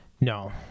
No